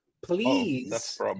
please